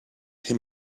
him